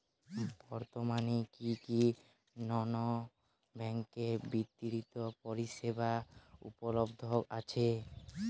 বর্তমানে কী কী নন ব্যাঙ্ক বিত্তীয় পরিষেবা উপলব্ধ আছে?